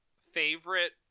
favorite